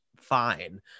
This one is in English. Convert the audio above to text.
fine